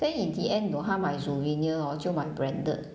then in the end 懂她买 souvenir hor 就买 branded